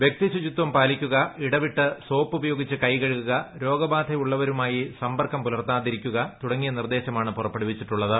വൃക്തിശുചിത്വം പാലിക്കുക ഇടവിട്ട് സോപ്പുപയോഗിച്ച് കൈകഴുകുക രോഗബാധയുള്ളവരുമായി സമ്പർക്കം പുലർത്താതിരിക്കുക തുടങ്ങിയി ്നിർദ്ദേശമാണ് പുറപ്പെടു വിച്ചിട്ടുള്ളത്